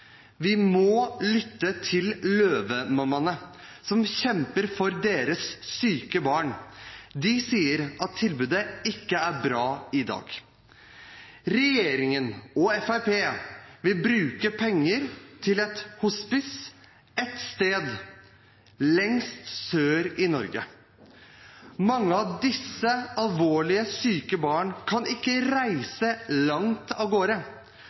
Vi må lytte til Løvemammaene, som kjemper for sine syke barn. De sier at tilbudet ikke er bra i dag. Regjeringen og Fremskrittspartiet vil bruke penger til et hospice ett sted, lengst sør i Norge. Mange av disse alvorlig syke barna kan ikke reise langt av